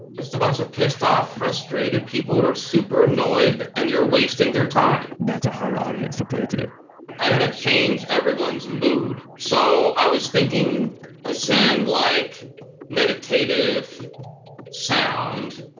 just a bunch of pissed off, frustrated people who are super annoyed, and you're wasting their time that's a hard audience to play to i got to change everyone's mood. so, i was thinking a zen-like meditative sound,